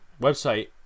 website